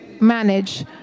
manage